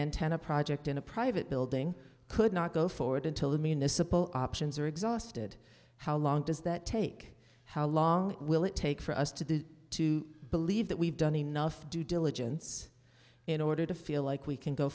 antenna project in a private building could not go forward until the municipal options are exhausted how long does that take how long will it take for us to do to believe that we've done enough due diligence in order to feel like we can go